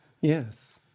Yes